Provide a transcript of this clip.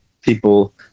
people